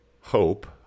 hope